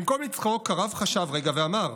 במקום לצחוק, הרב חשב רגע ואמר: